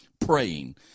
praying